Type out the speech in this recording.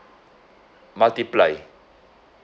multiply